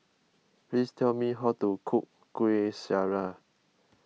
please tell me how to cook Kuih Syara